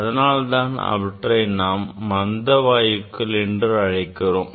அதனால்தான் இவற்றை நாம் மந்த வாயுக்கள் என்று அழைக்கிறோம்